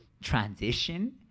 transition